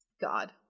God